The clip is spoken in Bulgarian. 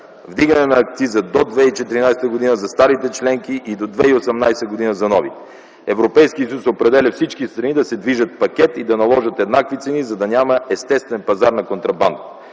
вдигане на акциза до 2014 г. за старите членки и до 2018 г. – за новите. Европейският съюз определя всички страни да се движат в пакет и да наложат еднакви цени, за да няма естествен пазар на контрабандата.